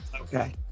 Okay